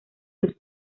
sus